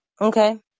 okay